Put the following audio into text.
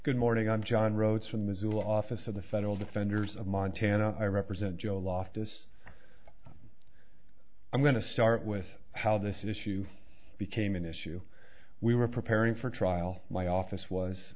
good morning i'm john rhodes from missoula office of the federal defenders of montana i represent joe loftus i'm going to start with how this issue became an issue we were preparing for trial my office was